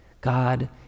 God